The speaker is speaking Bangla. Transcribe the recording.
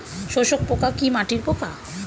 শোষক পোকা কি মাটির পোকা?